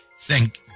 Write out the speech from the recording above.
Thank